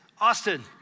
Austin